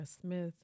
smith